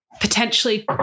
potentially